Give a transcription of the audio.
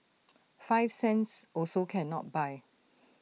five cents also cannot buy